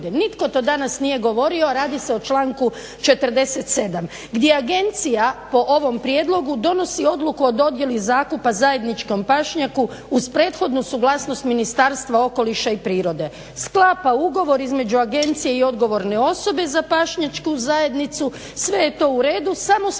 Nitko to danas nije govorio, a radi se o članku 47.gdje agencija po ovom prijedlogu donosi odluku o dodjeli zakupa zajedničkom pašnjaku uz prethodnu suglasnost Ministarstva okoliša i prirode. Sklapa ugovor između agencije i odgovorne osobe za pašnjačku zajednicu. Sve je to uredu samo smo